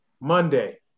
Monday